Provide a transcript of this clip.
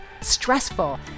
stressful